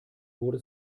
wurde